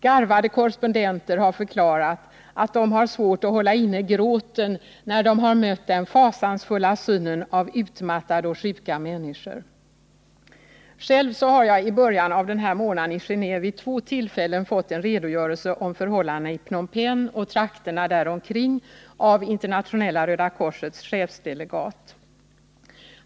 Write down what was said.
Garvade korrespondenter har förklarat att de haft svårt att hålla inne gråten, när de mött den fasansfulla synen av utmattade, utsvultna och sjuka människor. Själv har jag i början av denna månad i Genéve vid två tillfällen fått redogörelse för förhållandena i Phnom Penh och trakterna där omkring av Internationella röda korsets chefsdelegat.